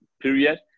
period